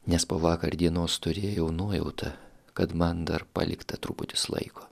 nes po vakar dienos turėjau nuojautą kad man dar palikta truputis laiko